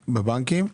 בבנקים.